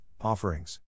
offerings